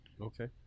okay